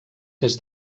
des